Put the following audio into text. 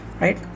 right